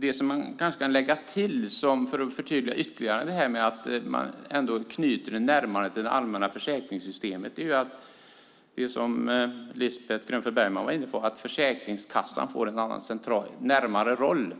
Det man kan lägga till för att förtydliga att det knyts närmare det allmänna försäkringssystemet är det som Lisbeth Grönfeldt Bergman var inne på, nämligen att Försäkringskassan får en annan och centralare roll.